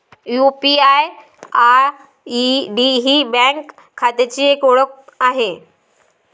UPI ID ही bank खात्याची एक वेगळी ओळख आहे